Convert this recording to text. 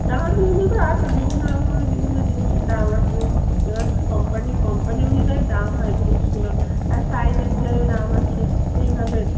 চামড়ার জুতো তো আছে বিভিন্ন রকমের বিভিন্ন জিনিসের দাম আছে এবার কোম্পানি কোম্পানি অনুযায়ী দাম হয় জিনিসগুলোর আর সাইজ অনুযায়ীও দাম আছে সেইভাবে